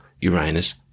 Uranus